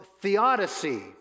theodicy